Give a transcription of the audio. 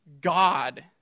God